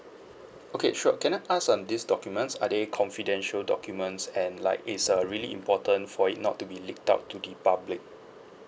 okay sure can I ask um these documents are they confidential documents and like it's a really important for it not to be leaked out to the public